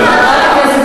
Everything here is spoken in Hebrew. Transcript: מהם.